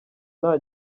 nta